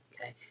okay